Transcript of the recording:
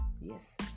Yes